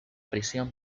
prisión